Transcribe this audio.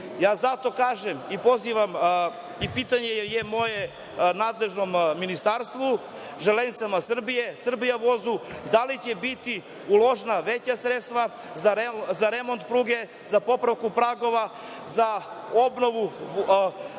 kažem i pozivam, i moje pitanje je nadležnom ministarstvu, Železnicama Srbije, „Srbija – vozu“, da li će biti uložena veća sredstva za remont pruge, za popravku pragova, za obnovu vozova,